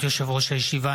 ברשות יושב-ראש הישיבה,